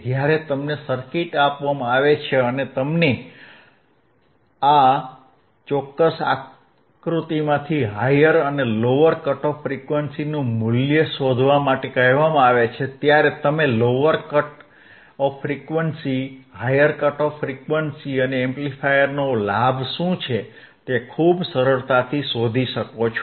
જ્યારે તમને સર્કિટ આપવામાં આવે છે અને તમને આ ચોક્કસ આકૃતિમાંથી હાયર અને લોઅર કટ ઓફ ફ્રીક્વન્સીનું મૂલ્ય શોધવા માટે કહેવામાં આવે છે ત્યારે તમે lower cut off frequency higher cut off frequency અને એમ્પ્લીફાયરનો લાભ શું છે તે ખૂબ જ સરળતાથી શોધી શકો છો